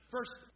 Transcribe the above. First